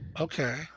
Okay